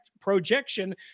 projection